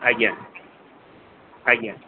ଆଜ୍ଞା ଆଜ୍ଞା